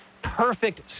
perfect